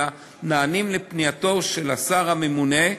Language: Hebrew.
אלא נענים לפנייתו של השר הממונה,